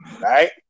right